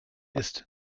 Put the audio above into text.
ist